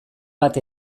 bat